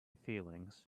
feelings